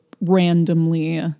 randomly